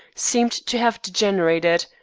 seemed to have degenerated.